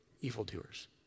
evildoers